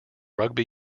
rugby